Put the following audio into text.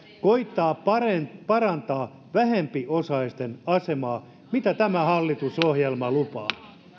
koettaa parantaa parantaa vähempiosaisten asemaa mitä tämä hallitusohjelma lupaa